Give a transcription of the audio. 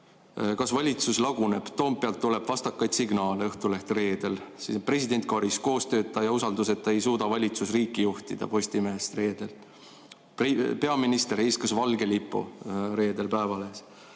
"Kas valitsus laguneb? Toompealt tuleb vastakaid signaale", Õhtulehest reedel; "President Karis: Koostööta ja usalduseta ei suuda valitsus riiki juhtida", Postimehest reedel; "Peaminister heiskas valge lipu", reedel Päevalehes.